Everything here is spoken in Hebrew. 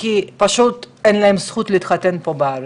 כי פשוט אין להם את הזכות להתחתן פה בארץ.